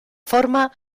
forma